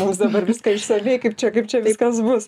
mums dabar viską išsamiai kaip čia kaip čia viskas bus